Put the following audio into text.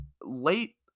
late